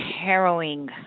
harrowing